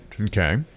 Okay